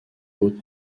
haute